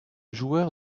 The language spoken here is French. joueur